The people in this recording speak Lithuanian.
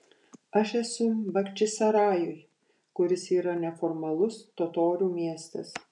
aš esu bachčisarajuj kuris yra neformalus totorių miestas